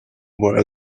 were